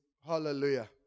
hallelujah